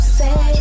say